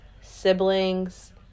siblings